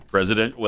President